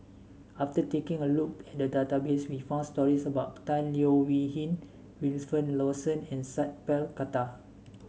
after taking a look at the database we found stories about Tan Leo Wee Hin Wilfed Lawson and Sat Pal Khattar